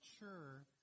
mature